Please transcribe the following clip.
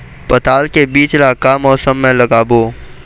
पताल के बीज ला का मौसम मे लगाबो?